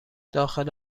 داخل